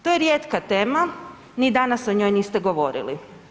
To je rijetka tema, ni danas o njoj niste govorili.